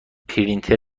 پرینتر